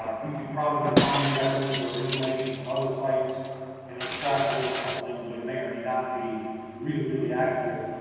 ah we could probably find records or information from other sites and extrapolate something, but it may or may not be really, really accurate,